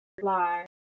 fly